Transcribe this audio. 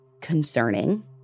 concerning